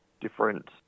different